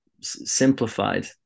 simplified